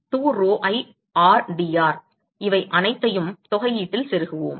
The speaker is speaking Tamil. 2 pi rdr இவை அனைத்தையும் தொகைஈட்டில் செருகுவோம்